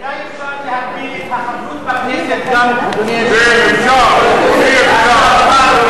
אולי אפשר להחיל את החסות של הכנסת, אי-אפשר, זה